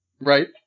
Right